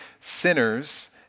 sinners